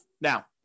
Now